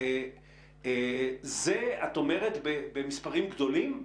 אבל זה את אומרת במספרים גדולים?